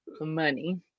money